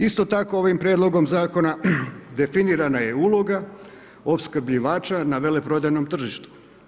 Isto tako ovim prijedlogom zakona definirana je uloga opskrbljivača na veleprodajnom tržištu.